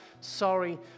sorry